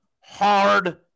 hard